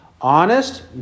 honest